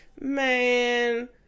Man